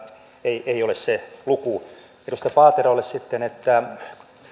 ei ei ole se luku edustaja paaterolle sitten